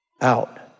out